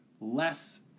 less